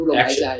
action